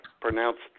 pronounced